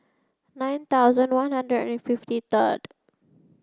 nine thousand one hundred and fifty third